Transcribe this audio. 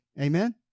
Amen